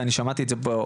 ואני שמעתי את זה מכולם,